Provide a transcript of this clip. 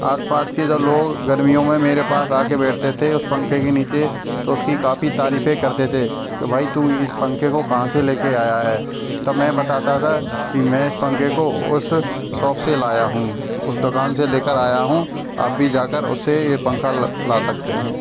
और आसपास के जो लोग गर्मियों में मेरे पास आके बैठते थे उसे पंखे के नीचे तो उसकी काफ़ी तारीफें करते थे कि भाई तू इस पंखे को कहाँ से लेकर आया है तब मैं बताता था कि मैं इस पंखे को उस शॉप से लाया हूँ उस दुकान से लेकर आया हूँ आप भी जाकर उससे ये पंखा ला सकते हैं